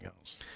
else